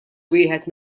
wieħed